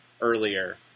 earlier